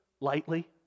lightly